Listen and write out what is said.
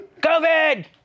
COVID